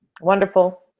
Wonderful